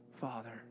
father